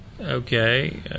Okay